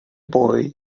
boy